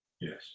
yes